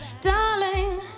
darling